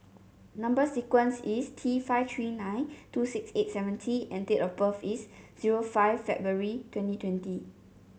number sequence is T five three nine two six eight seven T and date of birth is zero five February twenty twenty